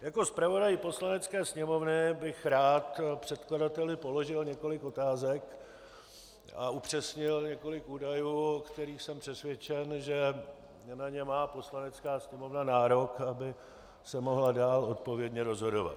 Jako zpravodaj Poslanecké sněmovny bych rád předkladateli položil několik otázek a upřesnil několik údajů, o kterých jsem přesvědčen, že na ně má Poslanecká sněmovna nárok, aby se mohla dál odpovědně rozhodovat.